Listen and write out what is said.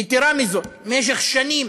יתרה מזו, במשך שנים